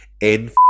in-